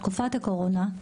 תקופת הקורונה,